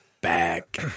Back